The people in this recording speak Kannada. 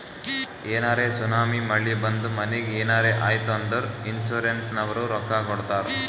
ಏನರೇ ಸುನಾಮಿ, ಮಳಿ ಬಂದು ಮನಿಗ್ ಏನರೇ ಆಯ್ತ್ ಅಂದುರ್ ಇನ್ಸೂರೆನ್ಸನವ್ರು ರೊಕ್ಕಾ ಕೊಡ್ತಾರ್